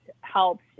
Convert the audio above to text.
helps